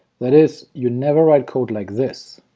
that is, you never write code like this